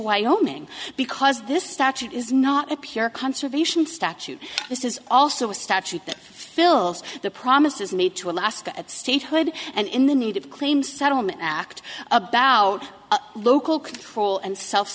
wyoming because this statute is not a pure conservation statute this is also a statute that fills the promises made to alaska at statehood and in the need of claims settlement act about local control and self